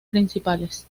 principales